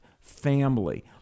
family